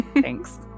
Thanks